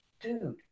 dude